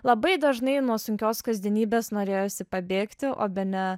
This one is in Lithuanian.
labai dažnai nuo sunkios kasdienybės norėjosi pabėgti o bene